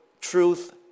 truth